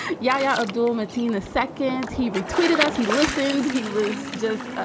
yeah yeah. abdul mateen, the second he retweeted as he listened, he was just